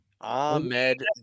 ahmed